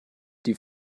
die